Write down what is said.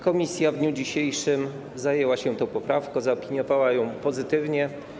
Komisja w dniu dzisiejszym zajęła się tą poprawką i zaopiniowała ją pozytywnie.